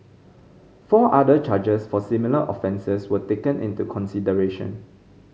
four other charges for similar offences were taken into consideration